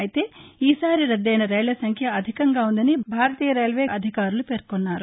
అయితే ఈసారి రద్దయిన రైళ్ల సంఖ్య అధికంగా ఉందని భారతీయ రైల్వే అధికారులు పేర్కొన్నారు